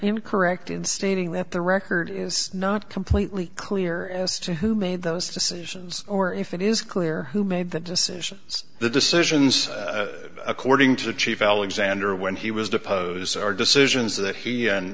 incorrect in stating that the record is not completely clear as to who made those decisions or if it is clear who made the decisions the decisions according to the chief alexander when he was deposed are decisions that he and